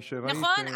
נכון?